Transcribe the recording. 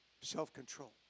Self-control